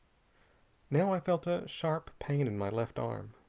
now i felt a sharp pain in my left arm.